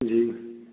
जी